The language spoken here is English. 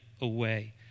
away